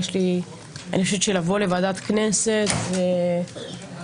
אני חושבת שלבוא לוועדת כנסת זה להתכונן,